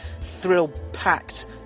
thrill-packed